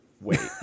wait